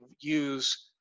use